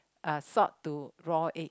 uh salt to raw egg